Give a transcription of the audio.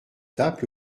tape